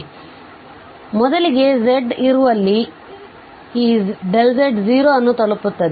ಹಾಗಾಗಿ ನಾವು ಮೊದಲಿಗೆ z ಇರುವಲ್ಲಿ ಈ z→0 ಅನ್ನು ತಲುಪುತ್ತದೆ